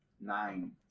Nine